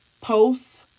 posts